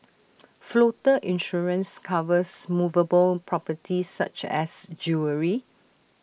floater insurance covers movable properties such as jewellery